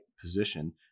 position